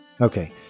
Okay